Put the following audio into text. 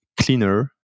cleaner